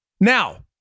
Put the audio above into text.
Now